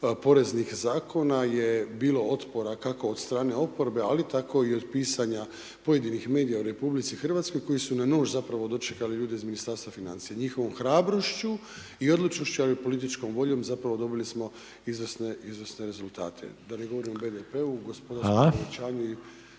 poreznih zakona je bilo otpora kako od stran oporbe ali tako i od pisanja pojedinih medija u RH koji su na nož zapravo dočekali ljude iz Ministarstva financija, njihovom hrabrošću i odlučnošću ali i političkom voljom, zapravo dobili smo izvrsne rezultate da ne govorim o BDP-u, gospodarskom povećanju i